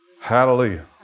Hallelujah